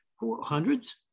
hundreds